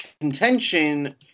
contention